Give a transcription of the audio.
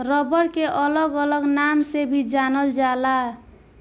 rubber के अलग अलग नाम से भी जानल जाला